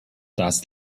das